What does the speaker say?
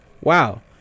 Wow